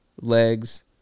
legs